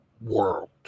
world